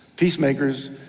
Peacemakers